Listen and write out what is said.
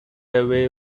away